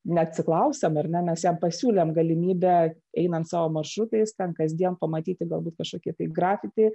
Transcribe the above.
neatsiklausėm ar ne mes jam pasiūlėm galimybę einant savo maršrutais ten kasdien pamatyti galbūt kažkokie tai grafiti